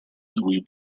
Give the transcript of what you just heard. louis